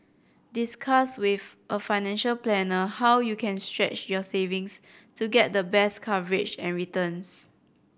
discuss with a financial planner how you can stretch your savings to get the best coverage and returns